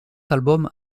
albums